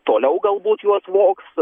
toliau galbūt juos vogs